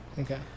Okay